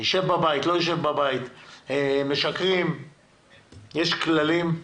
ישב בבית, לא ישב בבית, משקרים - יש כללים,